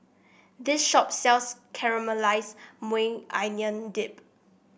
this shop sells Caramelized Maui Onion Dip